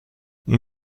این